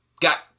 got